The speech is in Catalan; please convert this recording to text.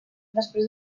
després